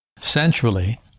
Centrally